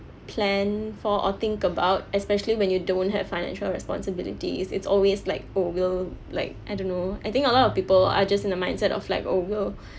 plan for or think about especially when you don't have financial responsibilities it's always like oh we'll like I don't know I think a lot of people are just in the mindset of like we'll